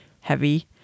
heavy